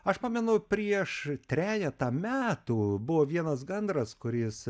aš pamenu prieš trejetą metų buvo vienas gandras kuris